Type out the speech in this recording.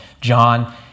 John